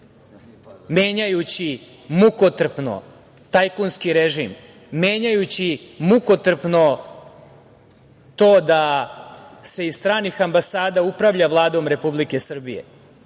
menjajući mukotrpno tajkunski režim, menjajući mukotrpno to da se iz stranih ambasada upravlja Vladom Republike Srbije.